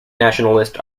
nationalist